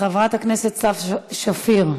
חברת הכנסת סתיו שפיר,